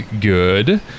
good